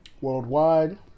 worldwide